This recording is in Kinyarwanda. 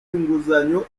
inguzanyo